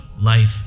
life